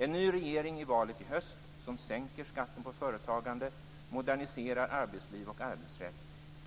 En ny regering i valet i höst, som sänker skatten på företagande och moderniserar arbetsliv och arbetsrätt,